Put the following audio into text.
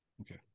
Okay